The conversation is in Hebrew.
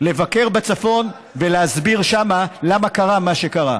לבקר בצפון ולהסביר שם למה קרה מה שקרה,